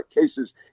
cases